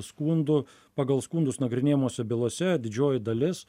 skundų pagal skundus nagrinėjamose bylose didžioji dalis